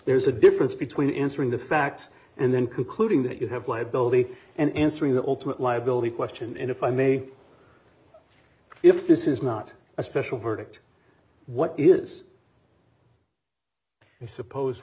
there's a difference between answering the facts and then concluding that you have liability and answering the ultimate liability question if i may if this is not a special verdict what is i suppose